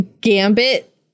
gambit